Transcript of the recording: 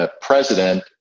president